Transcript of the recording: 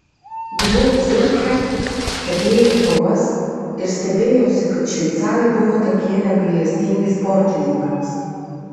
buvau ciuriche stebėjau kovas ir stebėjausi kad šveicarai buvo tokie negailestingi sportininkams